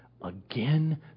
again